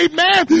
Amen